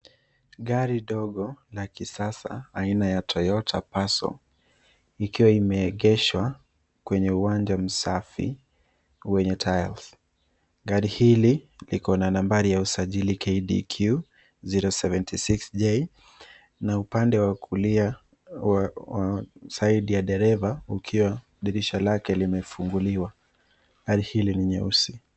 Gari ndogo la kisasa aina ya Toyota Passo ikiwa imeegeshwa kwenye uwanja msafi wenye tiles . Gari hili, liko na nambari ya usajili KDQ 076J na upande wa kulia side ya dereva ikiwa dirisha lake limefunguliwa. Gari hili ni nyeusi.